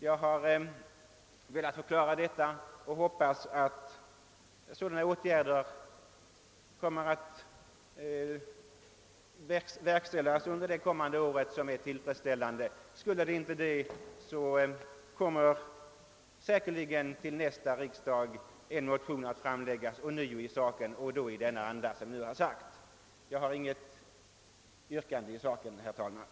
Jag har velat framhålla detta och hoppas att tillfredsställande åtgärder kommer att vidtas under det kommande året. Skulle inte det ske, framlägges säkerligen till nästa års riksdag ånyo en motion i denna sak och i samma anda som denna. Jag har, herr talman, inget yrkande.